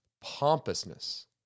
pompousness